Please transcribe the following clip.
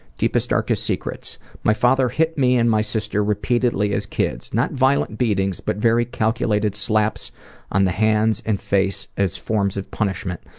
deepest, darkest secrets? my father hit me and my sister repeatedly as kids. not violent beatings but very calculated slaps on the hands and face as forms of punishment.